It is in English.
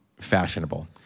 fashionable